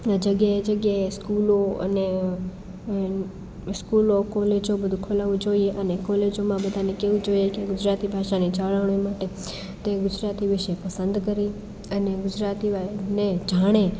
જગ્યાએ જગ્યાએ સ્કૂલો અને એન્ડ સ્કૂલો કોલેજો બધું ખોલાવું જોઈએ અને કોલેજોમાં બધાને કહેવું જોઈએ કે ગુજરાતી ભાષાની જાળવણી માટે તે ગુજરાતી વિષય પસંદ કરી અને ગુજરાતીને જાણે